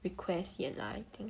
request yet lah I think